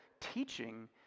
teaching